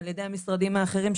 על ידי המשרדים האחרים,